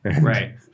Right